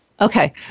Okay